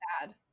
sad